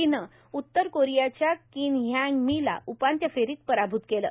तीन उत्तर कोरियाच्या किम ह्यांग मी ला उपांत्य फेरीत पराभूत केलं